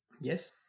Yes